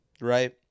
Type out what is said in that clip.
Right